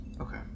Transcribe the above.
Okay